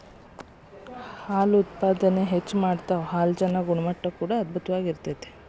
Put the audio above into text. ಹಾಲು ಉತ್ಪಾದನೆ ಹೆಚ್ಚ ಮಾಡತಾವ ಹಾಲಜನ ಗುಣಮಟ್ಟಾ ಕೂಡಾ ಅಧ್ಬುತವಾಗಿ ಇರತತಿ